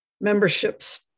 memberships